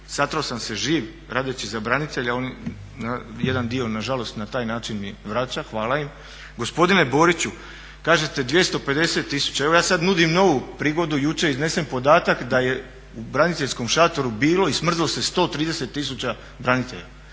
satro sam se živ radeći za branitelje a oni, jedan dio nažalost na taj način mi vraća, hvala im. Gospodine Boriću kažete 250 tisuća. Evo ja sad nudim novu prigodu, jučer je iznesen podatak da je u braniteljskom šatoru bilo i smrzlo se 130 tisuća branitelja.